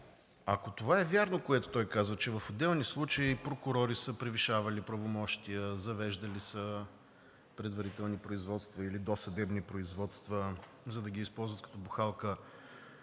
ако това е вярно, което той казва, че в отделни случаи прокурори са превишавали правомощия, завеждали са предварителни производства или досъдебни производства, за да ги използват като бухалка